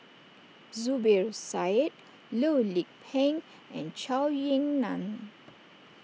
Zubir Said Loh Lik Peng and Zhou Ying Nan